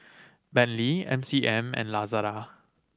Bentley M C M and Lazada